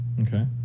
Okay